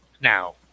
Now